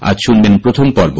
আজ শুনবেন প্রথম পর্ব